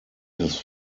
his